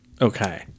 okay